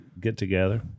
get-together